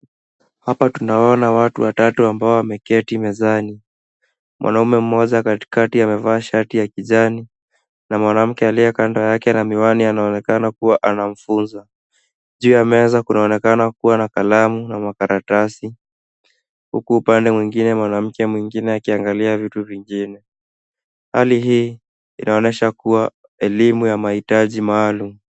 Hapa tunaona watu watatu ambao wameketi mezani. Mwanaume mmoja katikati amevaa shati ya kijani na mwanamke aliye kando yake na miwani anaonekana kuwa anamfunza. Juu ya meza kunaonekana kuwa na kalamu na makaratasi huku upande mwingine mwanamke mwingine akiangalia vitu vingine. Hali hii inaonyesha kuwa elimu ya mahitaji maalum.